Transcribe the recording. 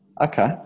Okay